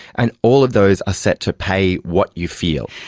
and all of those are set to pay what you feel.